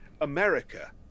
America